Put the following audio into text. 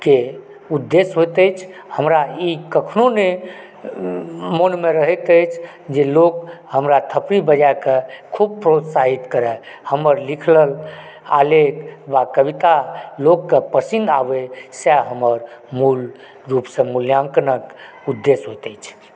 के उद्देश्य होइत अछि हमरा ई कखनो नहि मोनमे रहैत अछि जे लोक हमरा थपड़ी बजाके खूब प्रोत्साहित करए हमर लिखल आलेख वा कविता लोकके पसीन आबए सैह हमर मूल रूपसंँ मूल्याङ्कनके उद्देश्य होएत अछि